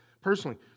Personally